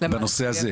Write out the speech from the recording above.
בנושא הזה.